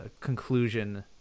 conclusion